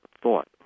thought